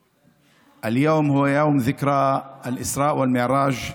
(אומר בערבית: היום הוא יום עליית הנביא מוחמד השמיימה,